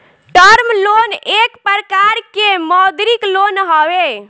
term loan एक प्रकार के मौदृक लोन हवे